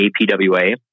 APWA